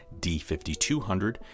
D5200